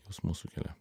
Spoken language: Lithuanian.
jausmų sukelia